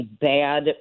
bad